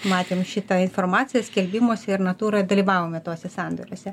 matėm šitą informaciją skelbimuose ir natūroj dalyvavome tuose sandoriuose